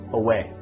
away